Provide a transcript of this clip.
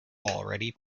already